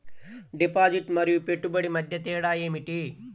Deposit మరియు పెట్టుబడి మధ్య తేడా ఏమిటి?